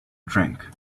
drink